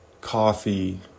coffee